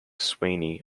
sweeney